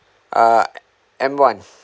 uh M one